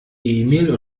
emil